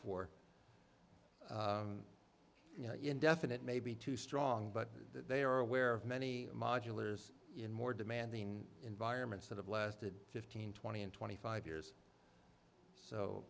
for you know indefinite may be too strong but they are aware of many modulars in more demanding environments that have lasted fifteen twenty and twenty five years so